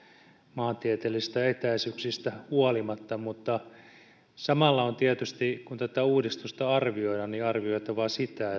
maantieteellisistä etäisyyksistä huolimatta mutta samalla on tietysti kun tätä uudistusta arvioidaan arvioitava sitä